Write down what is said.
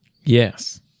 Yes